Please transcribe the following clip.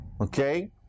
Okay